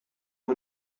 one